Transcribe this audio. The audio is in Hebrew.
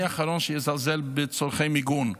אני האחרון שיזלזל בצורכי מיגון,